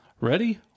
ready